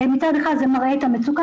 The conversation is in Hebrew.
מצד אחד זה מראה את המצוקות,